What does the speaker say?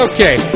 Okay